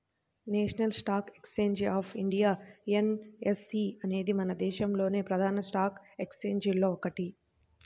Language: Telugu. national stock exchange of India NSE అనేది మన దేశంలోని ప్రధాన స్టాక్ ఎక్స్చేంజిల్లో ఒకటి